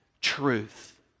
truth